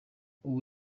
ubu